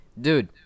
Dude